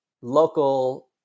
local